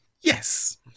Yes